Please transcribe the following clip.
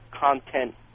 content